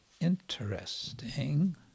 interesting